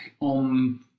on